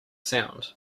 sound